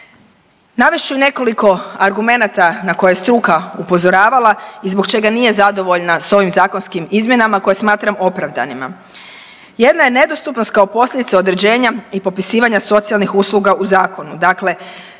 Navest ću nekoliko argumenata na koje je struka upozoravala i zbog čega nije zadovoljna sa ovim zakonskim izmjenama koje smatram opravdanima. Jedna je nedostupnost kao posljedica određenja i popisivanja socijalnih usluga u zakonu. Dakle,